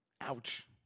Ouch